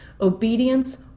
Obedience